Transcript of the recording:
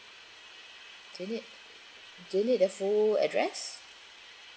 do you need do you need the full address